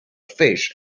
fish